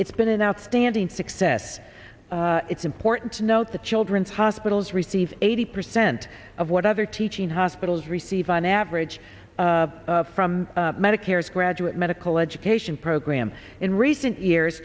it's been an outstanding success it's important to note the children's hospitals receive eighty percent of whatever teaching hospitals receive on average from medicare's graduate medical education program in recent years